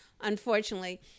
unfortunately